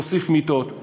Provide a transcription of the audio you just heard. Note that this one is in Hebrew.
להוסיף מיטות,